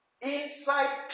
inside